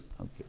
Okay